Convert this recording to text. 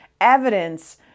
evidence